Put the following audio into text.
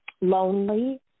lonely